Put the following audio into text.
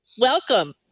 welcome